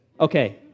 Okay